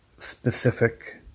specific